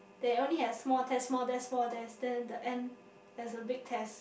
they only have small test small test small test then the end there is big test